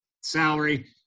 salary